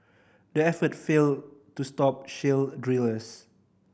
the effort failed to stop shale drillers